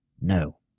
No